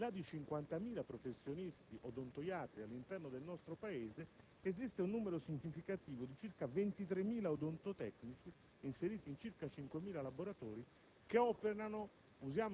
anche perché, al di là di 50.000 professionisti odontoiatri all'interno del nostro Paese, esiste un numero significativo di circa 23.000 odontotecnici, inseriti in circa 5.000 laboratori